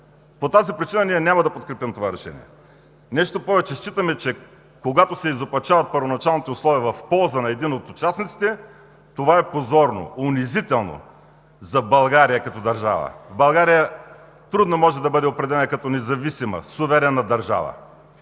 По тази причина ние няма да подкрепим това решение. Нещо повече, считаме, че когато се изопачават първоначалните условия в полза на един от участниците – това е позорно, унизително за България, като държава. България трудно може да бъде определена като независима, суверена държава